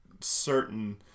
certain